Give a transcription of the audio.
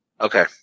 Okay